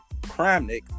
Kramnik